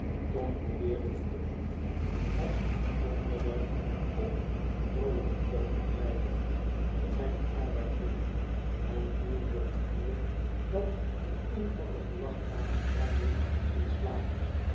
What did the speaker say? tom probeerde dit ook niet het onderwerp op een vroolijken toon ontwijkend ging hij de herberg binnen en viel voor een vuur dat in een van de gelagkamers brandde in slaap